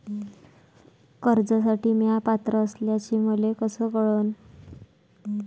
कर्जसाठी म्या पात्र असल्याचे मले कस कळन?